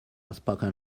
spoken